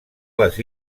les